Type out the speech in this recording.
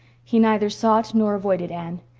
he neither sought nor avoided anne.